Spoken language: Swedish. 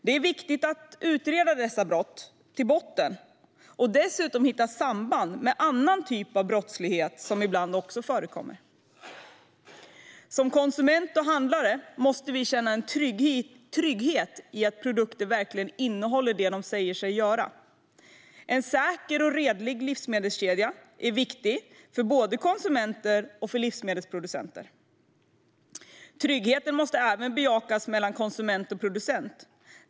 Det är viktigt att gå till botten med dessa brott och dessutom hitta samband med annan brottslighet som ibland förekommer. Som konsumenter och handlare måste vi känna trygghet i att produkter verkligen innehåller det de säger sig innehålla. En säker och redlig livsmedelskedja är viktig för både konsumenter och livsmedelsproducenter. Tryggheten måste även bejakas mellan konsument och producent.